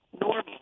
normal